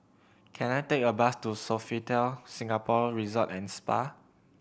can I take a bus to Sofitel Singapore Resort and Spa